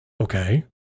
okay